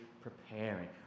preparing